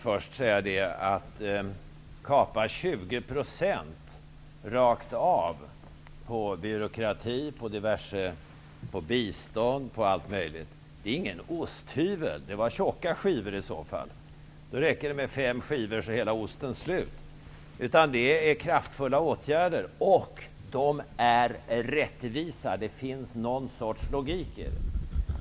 Fru talman! Att kapa 20 % rakt av när det gäller byråkratin, bistånd och allt möjligt, är inte fråga om någon osthyvling. Det skulle i så fall bli tjocka skivor. Det skulle i så fall räcka med fem skivor för att hela osten skall ta slut. Det är i stället fråga om kraftfulla åtgärder, och dessa är rättvisa. Det finns någon sorts logik i det hela.